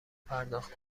پرداخت